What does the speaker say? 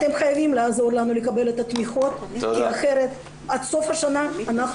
אתם חייבים לעזור לנו לקבל את התמיכות כי אחרת עד סוף השנה אנחנו